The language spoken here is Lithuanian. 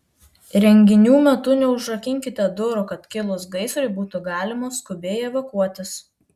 renginių metu neužrakinkite durų kad kilus gaisrui būtų galima skubiai evakuotis